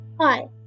Hi